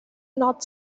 not